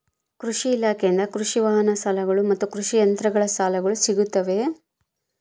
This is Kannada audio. ಕೃಷಿ ಇಲಾಖೆಯಿಂದ ಕೃಷಿ ವಾಹನ ಸಾಲಗಳು ಮತ್ತು ಕೃಷಿ ಯಂತ್ರಗಳ ಸಾಲಗಳು ಸಿಗುತ್ತವೆಯೆ?